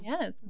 Yes